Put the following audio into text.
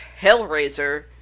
Hellraiser